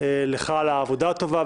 לך על העבודה הטובה,